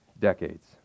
decades